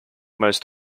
most